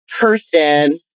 person